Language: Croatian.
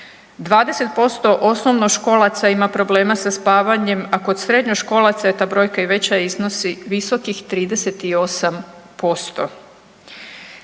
20% osnovnoškolaca ima problema sa spavanje, a kod srednjoškolaca je ta brojka i veća i iznosi visokih 38%.